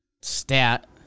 stat